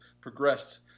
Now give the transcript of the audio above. progressed